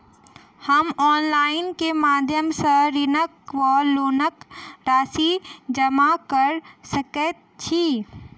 हम ऑनलाइन केँ माध्यम सँ ऋणक वा लोनक राशि जमा कऽ सकैत छी?